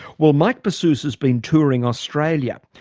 well, mike bassous has been touring australia.